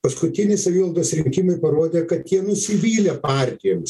paskutiniai savivaldos rinkimai parodė kad jie nusivylę partijomis